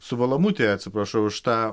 subalamutija atsiprašau už tą